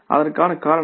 அதற்கான காரணங்கள்